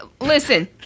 Listen